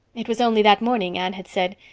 it was only that morning anne had said,